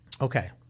Okay